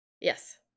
Yes